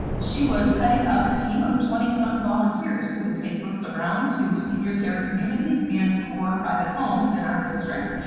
she was heading up a team of twenty some volunteers who would take books around to senior care communities and or private homes in our district.